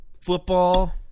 Football